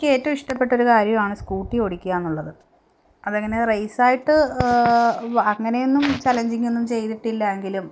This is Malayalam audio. എനിക്ക് ഏറ്റവും ഇഷ്ടപ്പെട്ടൊരു കാര്യമാണ് സ്കൂട്ടി ഓടിക്കുക എന്നുള്ളത് അതങ്ങനെ റയ്സ് ആയിട്ട് അങ്ങനെയൊന്നും ചെലഞ്ചിങ് ഒന്നും ചെയ്തിട്ടില്ല എങ്കിലും